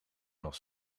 nog